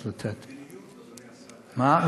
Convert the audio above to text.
זו מדיניות, אדוני השר, מדיניות.